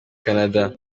canada